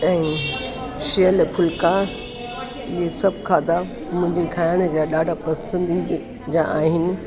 सेअल फुल्का इहे सभु खाधा मुंहिंजे खाइण जा ॾाढा पसंदीदा आहिनि